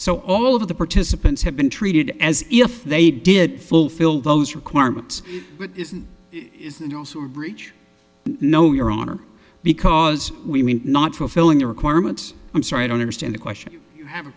so all of the participants have been treated as if they did fulfill those requirements but isn't that also a breach no your honor because we mean not fulfilling your requirements i'm sorry i don't understand the question you have a